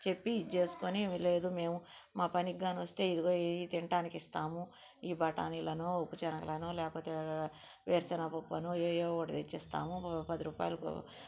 చెప్పి అది చేసుకొని లేదు మేము మా పనికి కాని వస్తే ఇదిగో ఈ తింటానికిస్తాము ఈ బఠానీలనో ఉప్పుచెనగలనో లేకపోతే వేరుశెనాపప్పనో ఏవో ఒకటి తెచ్చిస్తాము పదిరూపాయలకు